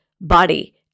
body